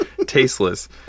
Tasteless